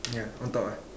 ya on top ah